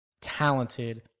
talented